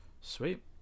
Sweet